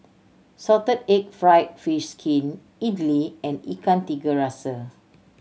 salted egg fried fish skin idly and Ikan Tiga Rasa